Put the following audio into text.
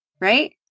Right